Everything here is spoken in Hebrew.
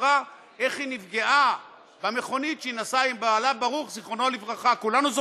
סיפרה איך היא נפגעה במכונית כשהיא נסעה עם בעלה,